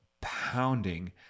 pounding